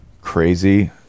crazy